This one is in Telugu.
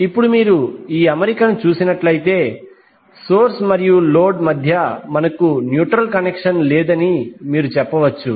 ఇప్పుడు మీరు ఈ అమరికను చూసినట్లయితే సోర్స్ మరియు లోడ్ మధ్య మనకు న్యూట్రల్ కనెక్షన్ లేదని మీరు చెప్పవచ్చు